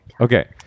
okay